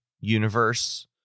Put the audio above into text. universe